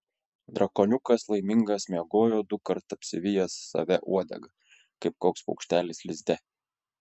drakoniukas laimingas miegojo dukart apsivijęs save uodega kaip koks paukštelis lizde